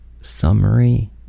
summary